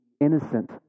innocent